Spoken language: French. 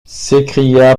s’écria